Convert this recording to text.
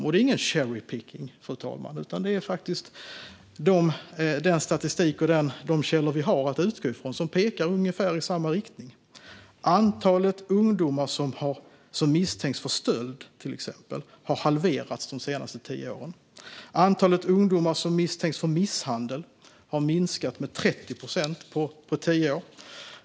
Och det är inte cherry-picking, fru talman, utan det är den statistik och de källor vi har att utgå från som pekar i ungefär samma riktning. Till exempel har antalet ungdomar som misstänks för stöld halverats de senaste tio åren. Antalet ungdomar som misstänks för misshandel har minskat med 30 procent på tio år.